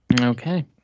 Okay